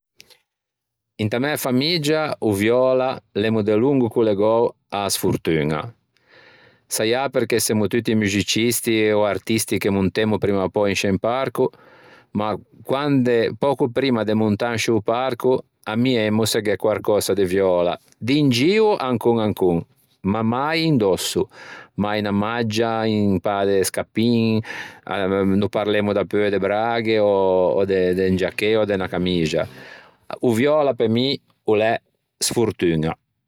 Inta mæ famiggia o viöla l'emmo delongo collegou a-a sfortuña, saià perché semmo tutti muxicisti e artisti che montemmo primma ò pöi in sce un parco ma quande pöco primma de montâ in sciô parco ammiemmo se gh'é quarcösa de viöla. D'in gio ancon ancon ma mai indòsso. Mai una maggia, un pâ de scappin no parlemmo dapeu de braghe ò de un giachê ò de unna camixia. O viöla pe mi o l'é sfortuña.